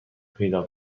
پیدا